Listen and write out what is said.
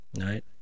right